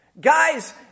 Guys